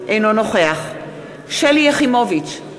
אינו נוכח שלי יחימוביץ,